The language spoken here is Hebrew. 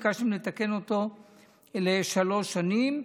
ביקשתם לתקן אותו משלוש שנים.